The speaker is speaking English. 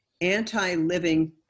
anti-living